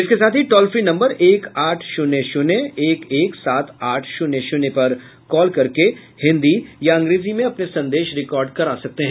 इसके साथ ही टोल फ्री नम्बर एक आठ शून्य शून्य एक एक सात आठ शून्य शून्य पर कॉल करके हिन्दी या अंग्रेजी में अपने संदेश रिकॉर्ड कर सकते हैं